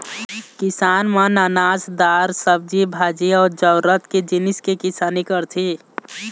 किसान मन अनाज, दार, सब्जी भाजी अउ जरूरत के जिनिस के किसानी करथे